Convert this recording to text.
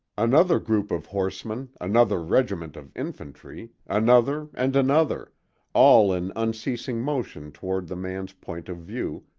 another group of horsemen, another regiment of infantry, another and another all in unceasing motion toward the man's point of view,